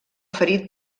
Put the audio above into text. ferit